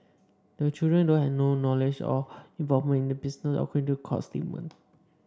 the children though had no knowledge or involvement in the business according to court statement